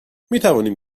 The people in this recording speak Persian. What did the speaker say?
میتوانیم